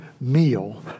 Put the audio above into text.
meal